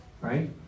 Right